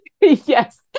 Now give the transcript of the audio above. Yes